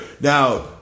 Now